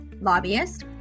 lobbyist